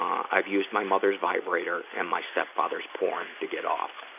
i've used my mother's vibrator and my step-father's porn to get off.